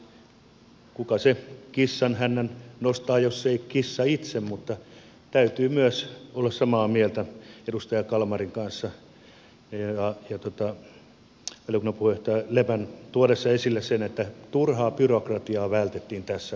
kuka se kissan hännän nostaa jos ei kissa itse mutta täytyy myös olla samaa mieltä edustaja kalmarin kanssa ja valiokunnan puheenjohtaja lepän tuodessa esille sen että turhaa byrokratiaa vältettiin tässä kohtaa